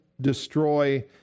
destroy